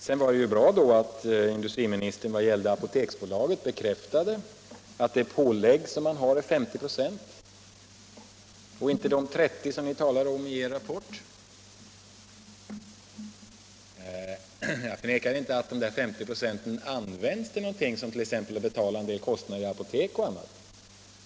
Det var bra att industriministern bekräftade att Apoteksbolagets pålägg är 50 96 och inte 30 som ni talar om i er rapport. Jag förnekar inte att dessa 50 96 används till någonting, såsom t.ex. att betala en del kostnader för apotek och annat.